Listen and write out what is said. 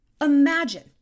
imagine